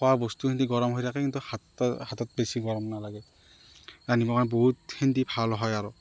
খোৱা বস্তুখিনি গৰম হৈ থাকে কিন্তু হাত হাতত বেছি গৰম নালাগে কাৰণে বহুত সান্দি ভাল হয় আৰু